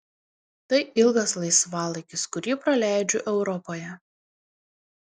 tai ilgas laisvalaikis kurį praleidžiu europoje